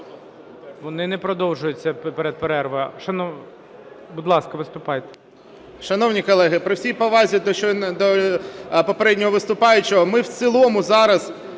Вони не продовжуються перед перервою. Будь ласка, виступайте.